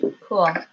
Cool